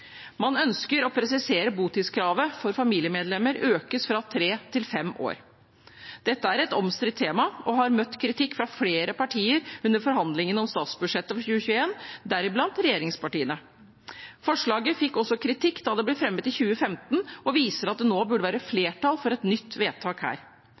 Man ønsker å presisere at botidskravet for familiemedlemmer økes fra tre til fem år. Dette er et omstridt tema og har møtt kritikk fra flere partier under forhandlingene om statsbudsjettet for 2021, deriblant regjeringspartiene. Forslaget fikk også kritikk da det ble fremmet i 2015, og det viser at det nå burde være flertall for et nytt vedtak her.